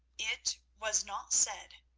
it was not said,